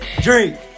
Drink